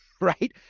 right